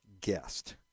guest